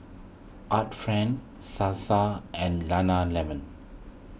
Art Friend Sasa and Nana Lemon